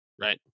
Right